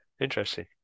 interesting